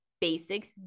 basics